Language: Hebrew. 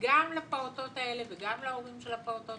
וגם לפעוטות וגם להורים של הפעוטות האלה מגיע.